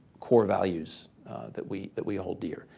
core values that we that we hold dear.